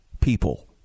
people